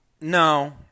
No